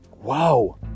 Wow